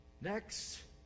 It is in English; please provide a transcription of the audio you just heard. Next